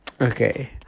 Okay